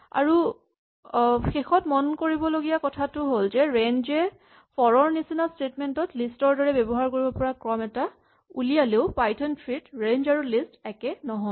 আৰু শেষত মনত ৰাখিবলগীয়া কথাটো হ'ল ৰেঞ্জ এ ফৰ ৰ নিচিনা স্টেটমেন্ট ত লিষ্ট ৰ দৰে ব্যৱহাৰ কৰিব পৰা ক্ৰম এটা উলিয়ালেও পাইথন থ্ৰী ত ৰেঞ্জ আৰু লিষ্ট একে নহয়